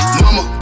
mama